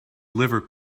liver